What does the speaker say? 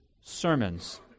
sermons